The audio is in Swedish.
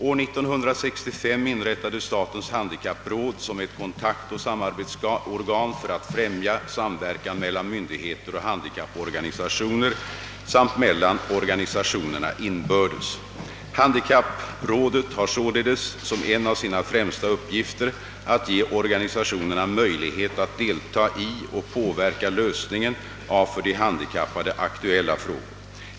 År 1965 inrättades statens handikappråd som ett kontaktoch samarbetsorgan för att främja samverkan mellan myndigheter och handikapporganisationer samt mellan organisationerna inbördes. Handikapprådet har således som, en av sina främsta uppgifter att ge organisationerna möjlighet att delta i och påverka lösningen av för de handikappade aktuella frågor.